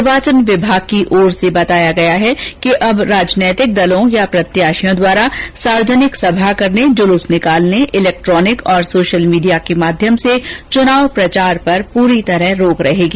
निर्वाचन विभाग की ओर से बताया गया है कि अब राजनीतिक दलों या प्रत्याशियों द्वारा सार्वजनिक सभा करने जुलूस निकालने इलेक्ट्रॉनिक और सोशल मीडिया के माध्यम से चुनाव प्रचार पर पूरी तरह रोक रहेगी